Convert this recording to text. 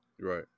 Right